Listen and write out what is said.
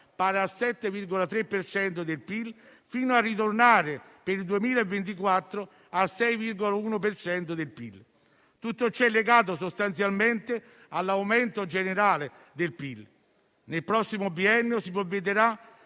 per cento del PIL, fino a ritornare, per il 2024, al 6,1 per cento. Tutto ciò è legato sostanzialmente all'aumento generale del PIL. Nel prossimo biennio si prevedrà